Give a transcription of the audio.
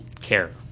care